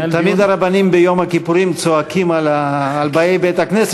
תמיד הרבנים ביום הכיפורים צועקים על באי בית-הכנסת